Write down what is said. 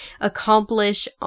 accomplish